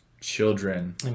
children